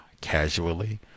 casually